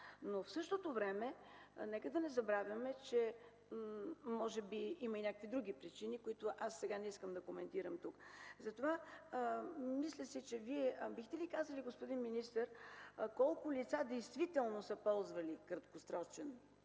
В същото време, нека да не забравяме, че може би има и други причини, които аз сега не искам да коментирам тук. Вие бихте ли казали, господин министър, колко лица действително са ползвали краткосрочен